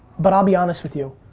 but i'll be honest with you.